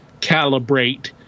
calibrate